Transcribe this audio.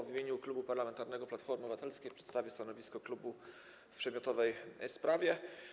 W imieniu Klubu Parlamentarnego Platforma Obywatelska przedstawię stanowisko klubu w przedmiotowej sprawie.